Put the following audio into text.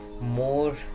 more